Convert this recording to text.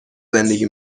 زندگی